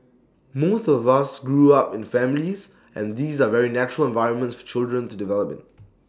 most of us grew up in families and these are very natural environments for children to develop in